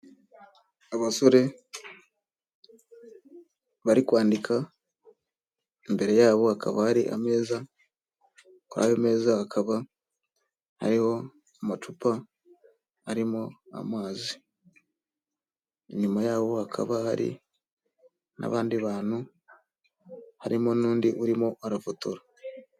Abasore bari kwandika imbere yabo hakaba hari ameza, kuri ayo meza hakaba hariho amacupa arimo amazi, inyuma yaho hakaba hari n'abandi bantu harimo n'undi urimo arafotora.